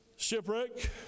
Shipwreck